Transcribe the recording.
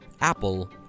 Apple